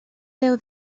déu